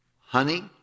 honey